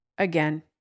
Again